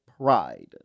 Pride